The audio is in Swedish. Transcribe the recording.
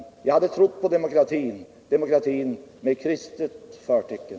Jag hade trott på demokratin — demokratin med kristet förtecken.